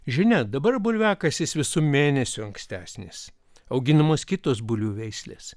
žinia dabar bulviakasis visu mėnesiu ankstesnis auginamos kitos bulvių veislės